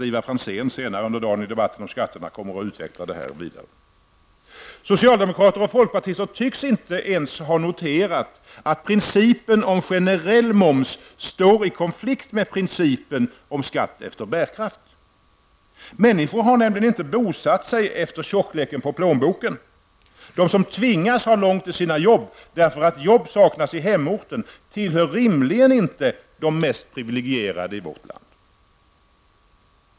Ivar Franzén kommer senare i dag i debatten om skatterna att utveckla detta vidare. Socialdemokrater och folkpartiet tycks inte ens ha noterat att principen om generell moms står i konflikt med principen om skatt efter bärkraft. Människor har nämligen inte bosatt sig efter tjockleken på plånboken. De som tvingas ha långt till sina jobb, därför att jobb saknas i hemorten, tillhör rimligen inte de mest privilegierade i vårt land.